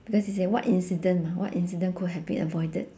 because it say what incident mah what incident could have been avoided